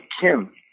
Kim